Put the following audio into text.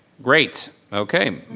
great okay.